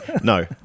No